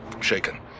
Shaken